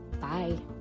Bye